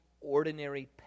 ordinary